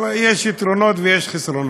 יש יתרונות ויש חסרונות.